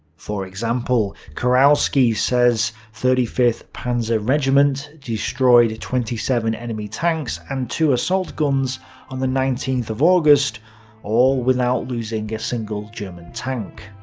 for example, kurowski says thirty fifth panzer regiment destroyed twenty seven enemy tanks and two assault guns on the nineteenth of august all without losing a single german tank.